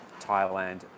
Thailand